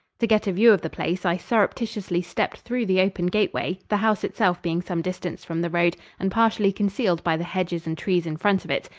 to get a view of the place, i surreptitiously stepped through the open gateway, the house itself being some distance from the road and partially concealed by the hedges and trees in front of it.